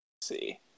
see